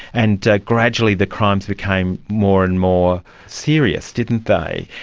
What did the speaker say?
and ah gradually the crimes became more and more serious, didn't they.